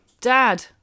Dad